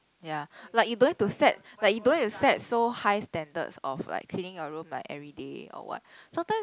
ya like you don't need to set like you don't need to set so high standards of like cleaning your room like everyday or what sometimes